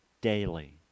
daily